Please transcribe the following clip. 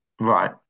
Right